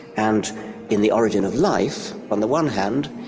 and in the origin of life on the one hand,